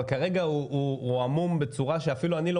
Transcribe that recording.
כרגע הוא עמום בצורה שאפילו אני לא